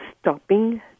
stopping